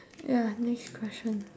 ya next question